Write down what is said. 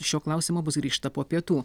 šio klausimo bus grįžta po pietų